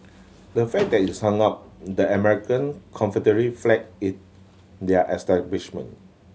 the fact that is hung up the American Confederate flag their establishment